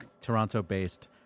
Toronto-based